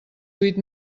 huit